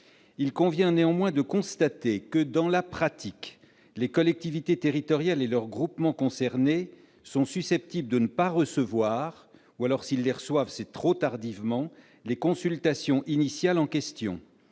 Il convient néanmoins de constater que, dans la pratique, les collectivités territoriales et leurs groupements concernés sont susceptibles de ne pas recevoir, ou de recevoir trop tardivement, les consultations initiales en question,